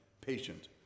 patient